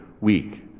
week